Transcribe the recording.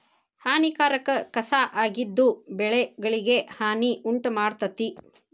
ಹಾನಿಕಾರಕ ಕಸಾ ಆಗಿದ್ದು ಬೆಳೆಗಳಿಗೆ ಹಾನಿ ಉಂಟಮಾಡ್ತತಿ